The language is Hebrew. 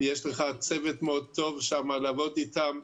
יש לך צוות מאוד טוב שם לעבוד איתם.